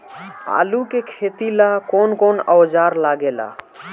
आलू के खेती ला कौन कौन औजार लागे ला?